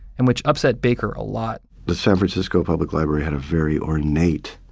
and which upset baker a lot the san francisco public library had a very ornate,